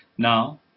Now